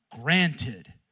granted